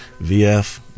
VF